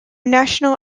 national